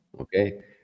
Okay